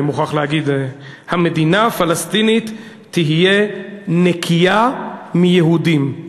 אני מוכרח להגיד: המדינה הפלסטינית תהיה נקייה מיהודים.